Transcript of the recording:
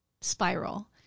spiral